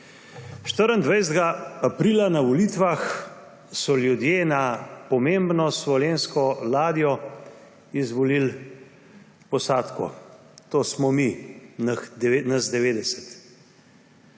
24. aprila 2022 na volitvah so ljudje na pomembno slovensko ladjo izvolili posadko – to smo mi, nas 90.